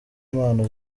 impano